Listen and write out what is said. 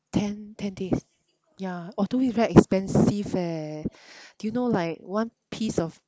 ten ten days yeah although it's very expensive eh do you know like one piece of